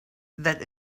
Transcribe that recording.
that